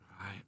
Right